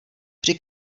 při